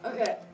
Okay